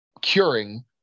curing